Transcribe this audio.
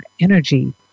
energy